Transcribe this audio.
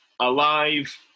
alive